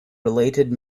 related